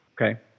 Okay